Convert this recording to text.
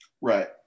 Right